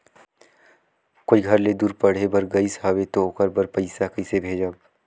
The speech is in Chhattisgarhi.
कोई घर ले दूर पढ़े बर गाईस हवे तो ओकर बर पइसा कइसे भेजब?